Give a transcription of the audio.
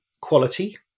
quality